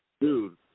Dude